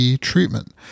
treatment